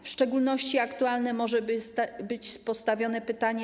W szczególności aktualne może być postawione pytanie: